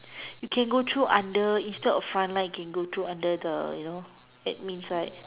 you can go through under instead of fine line you can go through under the you know admin side